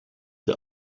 der